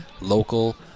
local